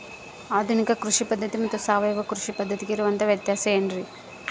ಆಧುನಿಕ ಕೃಷಿ ಪದ್ಧತಿ ಮತ್ತು ಸಾವಯವ ಕೃಷಿ ಪದ್ಧತಿಗೆ ಇರುವಂತಂಹ ವ್ಯತ್ಯಾಸ ಏನ್ರಿ?